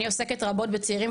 אני עוסקת רבות בצעירים,